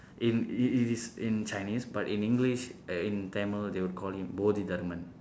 in it is in chinese but in english in tamil they would call him bodhidharma